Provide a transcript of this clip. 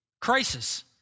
crisis